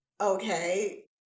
okay